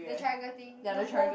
the triangle thing the whole